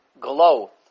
glow